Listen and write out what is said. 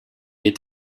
est